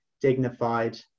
dignified